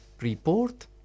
report